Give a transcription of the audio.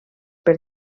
per